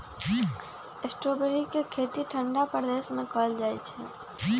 strawberry के खेती ठंडा प्रदेश में कएल जाइ छइ